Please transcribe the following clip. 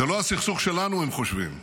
זה לא הסכסוך שלנו, הם חושבים.